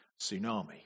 tsunami